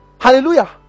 Hallelujah